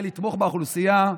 קואליציה ואופוזיציה,